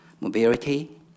mobility